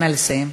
נא לסיים.